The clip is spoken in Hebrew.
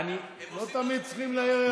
לא תמיד צריכים להעיר הערות.